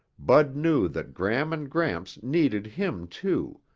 bud knew that gram and gramps needed him, too,